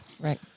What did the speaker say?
Right